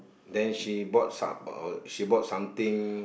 then she bought some uh she bought something